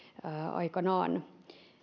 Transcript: aikanaan